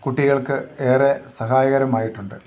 കുട്ടികൾക്ക് ഏറെ സഹായകരമായിട്ടുണ്ട്